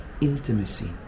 intimacy